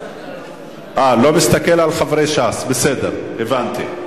אה, לא מסתכל על חברי ש"ס, בסדר, הבנתי.